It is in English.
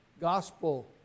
gospel